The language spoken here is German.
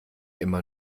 immer